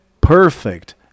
perfect